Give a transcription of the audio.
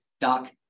doc